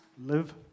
Live